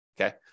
Okay